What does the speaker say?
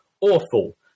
Awful